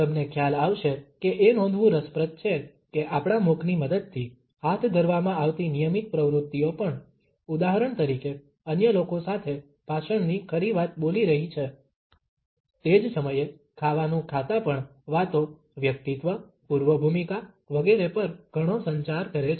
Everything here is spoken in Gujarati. તમને ખ્યાલ આવશે કે એ નોંધવું રસપ્રદ છે કે આપણા મુખની મદદથી હાથ ધરવામાં આવતી નિયમિત પ્રવૃત્તિઓ પણ ઉદાહરણ તરીકે અન્ય લોકો સાથે ભાષણની ખરી વાત બોલી રહી છે તે જ સમયે ખાવાનું ખાતા પણ વાતો વ્યક્તિત્વ પૂર્વભૂમિકા વગેરે પર ઘણો સંચાર કરે છે